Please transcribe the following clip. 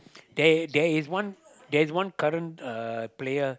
there there is one there is one current uh player